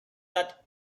that